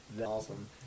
Awesome